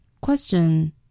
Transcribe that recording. Question